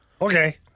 Okay